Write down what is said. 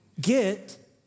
Get